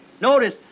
Notice